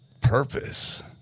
Purpose